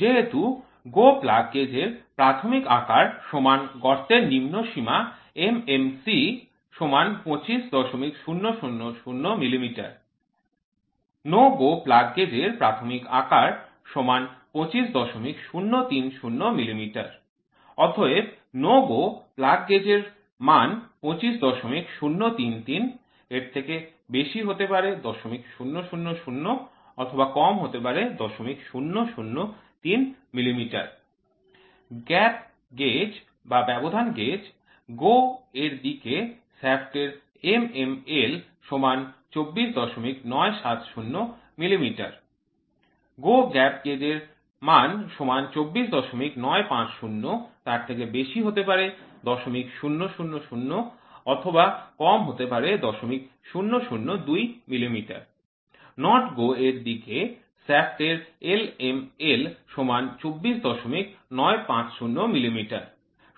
যেহেতু Go Plug Gaug এর প্রাথমিক আকার গর্তের নিম্ন সীমা MMC ২৫০০০ মিমি No Go Plug Gauge এর প্রাথমিক আকার ২৫০৩০ মিমি অতএব 'No Go' Plug Gauge এর মান ২৫০৩৩ ০০০৩০০০০মিমি ব্যবধান গেজ Go এর দিকে শ্যাফ্ট এর MML ২৪৯৭০ মিমি Go Gap Gauge এর মান ২৪৯৫০ ০০০২০০০০ মিমি Not Go এর দিকে শ্যাফ্ট এর LML ২৪৯৫০ মিমি